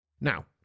Now